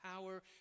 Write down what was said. power